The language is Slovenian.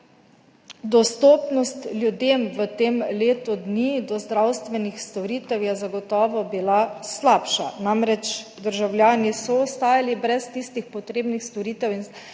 v tem letu dni do zdravstvenih storitev je zagotovo bila slabša. Namreč, državljani so ostali brez tistih potrebnih storitev in